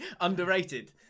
Underrated